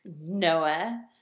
noah